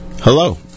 hello